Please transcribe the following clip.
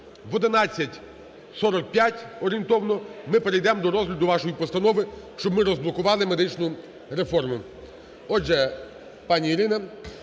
в 11:45, орієнтовно, ми перейдемо до розгляду вашої постанови, щоб ми розблокували медичну реформу. Отже, пані Ірина